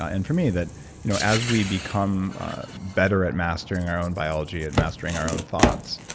and for me, that you know as we become better at mastering our own biology, at mastering our own thoughts,